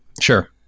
sure